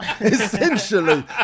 essentially